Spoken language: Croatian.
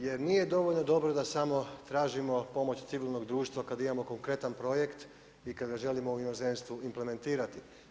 Jer nije dovoljno dobro da samo tražimo pomoć civilnog društva kad imamo konkretan projekt i kad ga želimo u inozemstvu implementirati.